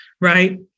right